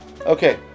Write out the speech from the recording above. Okay